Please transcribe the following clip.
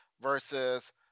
versus –